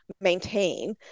maintain